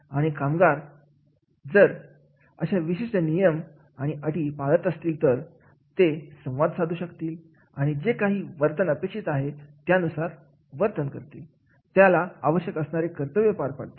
आणि कामगार अर्ज अशा विशिष्ट नियम आणि अटी पाळत असतील तर ते संवाद साधू शकतील आणि जे काही वर्तन अपेक्षित आहे त्या वर्तन नुसार त्याला आवश्यक असणारी कर्तव्य पार पाडतील